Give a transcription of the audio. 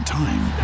time